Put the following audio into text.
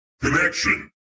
connection